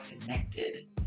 connected